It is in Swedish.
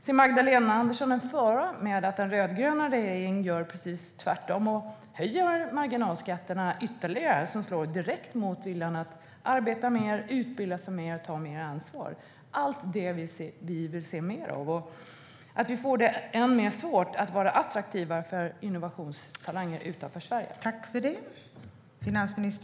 Ser Magdalena Andersson en fara med att den rödgröna regeringen gör precis tvärtom och höjer marginalskatterna ytterligare? Detta slår direkt mot viljan att arbeta mer, utbilda sig mer och ta mer ansvar, vilket vi vill se mer av. Får vi det ännu svårare att vara attraktiva för innovationstalanger utanför Sverige?